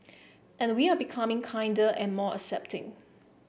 and we are becoming kinder and more accepting